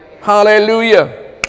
Hallelujah